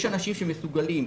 יש אנשים שמסוגלים.